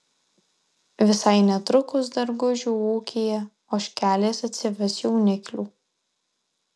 visai netrukus dargužių ūkyje ožkelės atsives jauniklių